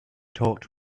talked